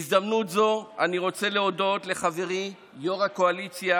בהזדמנות זאת אני רוצה להודות לחברי יו"ר הקואליציה,